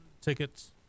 tickets